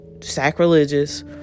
sacrilegious